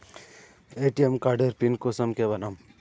ATM कार्डेर pin कुंसम के बनाम?